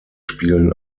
spielen